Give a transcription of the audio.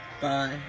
bye